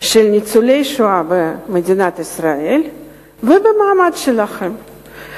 בניצולי השואה ובמעמד שלהם במדינת ישראל.